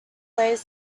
weighs